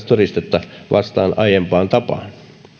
todisteita vastaan aiempaan tapaan